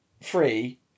free